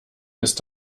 ist